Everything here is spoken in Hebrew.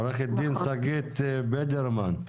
עו"ד שגית בידרמן.